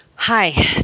Hi